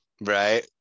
right